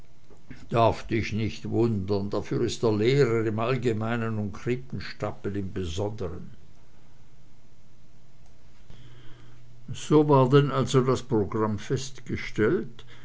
darf dich nicht wundern dafür ist er lehrer im allgemeinen und krippenstapel im besonderen so war denn also das programm festgestellt